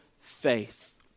faith